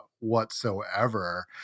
whatsoever